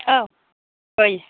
औ ओइ